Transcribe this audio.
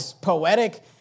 poetic